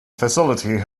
facility